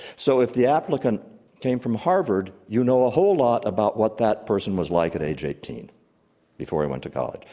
so if the applicant came from harvard, you know a whole lot about what person was like at age eighteen before he went to college.